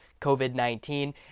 COVID-19